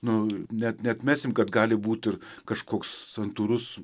nu net neatmesim kad gali būti ir kažkoks santūrus